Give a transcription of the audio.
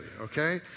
okay